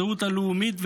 הזהות הלאומית,